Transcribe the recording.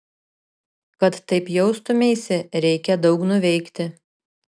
kad taip jaustumeisi reikia daug nuveikti